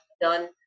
done